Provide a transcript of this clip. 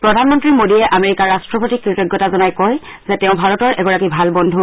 প্ৰধানমন্ত্ৰী মোডীয়ে আমেৰিকাৰ ৰট্টপতিক কৃতঞ্ততা জনাই কয় যে তেওঁ ভাৰতৰ এগৰাকী ভাল বন্ধু